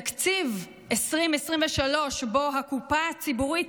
תקציב 2023, שבו הקופה הציבורית